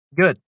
good